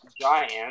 giant